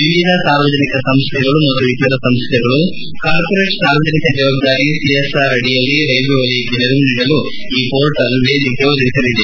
ವಿವಿಧ ಸಾರ್ವಜನಿಕ ಸಂಸ್ಥೆಗಳು ಮತ್ತು ಇತರ ಸಂಸ್ಥೆಗಳು ಕಾರ್ಮೋರೇಟ್ ಸಾರ್ವಜನಿಕ ಜವಾಬ್ದಾರಿ ಸಿಎಸ್ಆರ್ ಅಡಿಯಲ್ಲಿ ರೈಲ್ವೆ ವಲಯಕ್ಕೆ ನೆರವು ನೀಡಲು ಈ ಪೋರ್ಟಲ್ ವೇದಿಕೆ ಒದಗಿಸಲಿದೆ